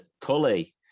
Cully